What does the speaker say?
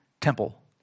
temple